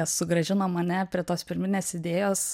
sugrąžino mane prie tos pirminės idėjos